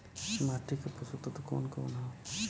माटी क पोषक तत्व कवन कवन ह?